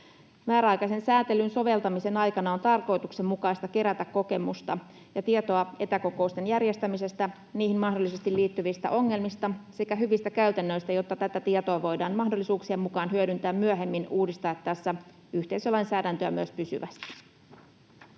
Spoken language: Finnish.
Määräaikaisen sääntelyn soveltamisen aikana on tarkoituksenmukaista kerätä kokemusta ja tietoa etäkokousten järjestämisestä, niihin mahdollisesti liittyvistä ongelmista sekä hyvistä käytännöistä, jotta tätä tietoa voidaan mahdollisuuksien mukaan hyödyntää myöhemmin uudistettaessa yhteisölainsäädäntöä myös pysyvästi.